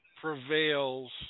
prevails